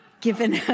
given